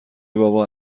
بابا